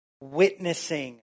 witnessing